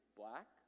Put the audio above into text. black